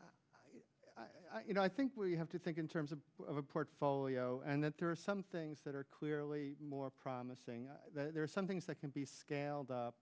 why you know i think we have to think in terms of a portfolio and that there are some things that are clearly more promising that there are some things that can be scaled up